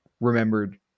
remembered